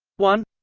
one